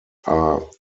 are